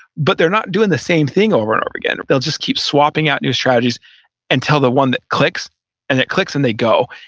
but they're not doing the same thing over and over again. they'll just keep swapping out new strategies until the one that clicks and it clicks and they go.